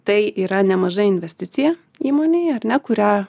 tai yra nemaža investicija įmonei ar ne kurią